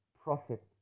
profit